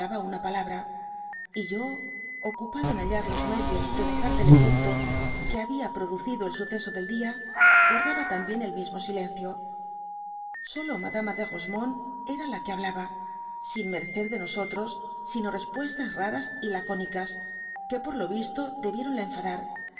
una palabra y yo ocupado en hallar los medios de gozar del efecto que había producido el suceso del día guardaba también el mismo silencio solo madama de rosemonde era la que hablaba sin merecer de nosotros sino repuestas raras y la cónicas que por le visto debiéronla enfadar